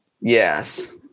Yes